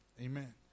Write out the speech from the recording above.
amen